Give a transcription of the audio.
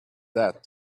that